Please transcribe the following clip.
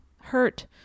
hurt